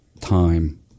time